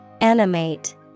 Animate